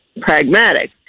pragmatic